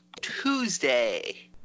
Tuesday